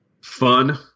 fun